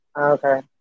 Okay